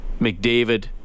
McDavid